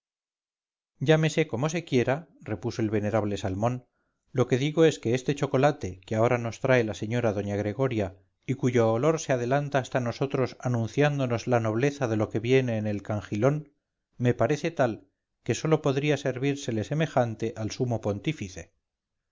llámese como se quiera repuso el venerable salmón lo que digo es que este chocolate que ahora nos trae la señora doña gregoria y cuyo olor se adelanta hasta nosotros anunciándonos la nobleza de lo que viene en el cangilón me parece tal que sólo podría servírsele semejante al sumo pontífice